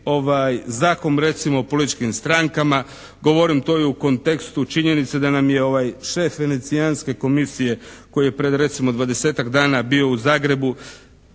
Zakon recimo o političkim strankama, govorim to i u kontekstu činjenica da nam je ovaj šef venecijanske komisije koji je pred recimo 20-ak dana bio u Zagrebu